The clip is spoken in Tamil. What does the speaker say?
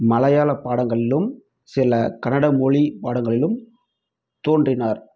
மலையாளப் படங்களிலும் சில கன்னட மொழிப் படங்களிலும் தோன்றினார்